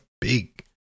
big